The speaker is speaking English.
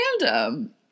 random